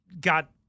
got